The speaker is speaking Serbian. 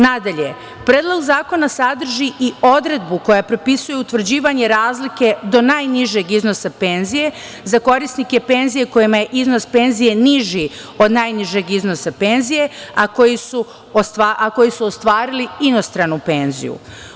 Nadalje, Predlog zakona sadrži i odredbu koja propisuje utvrđivanje razlike do najnižeg iznosa penzije za korisnike penzija kojima je iznos penzije niži od najnižeg iznosa penzije, a koji su ostvarili inostranu penziju.